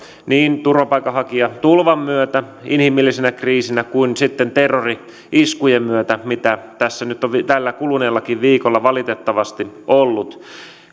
niin turvapaikanhakijatulvan myötä inhimillisenä kriisinä kuin terrori iskujen myötä mitä tässä nyt on kuluneellakin viikolla valitettavasti ollut